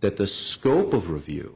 that the school of review